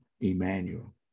Emmanuel